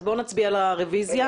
בואו נצביע על הרביזיה,